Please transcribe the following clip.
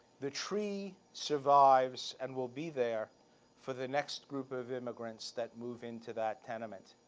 the tree survives and will be there for the next group of immigrants that move into that tenement.